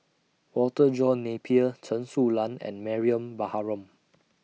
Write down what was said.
Walter John Napier Chen Su Lan and Mariam Baharom